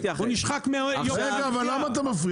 הוא נשחק מיוקר המחיה.